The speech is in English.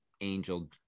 angel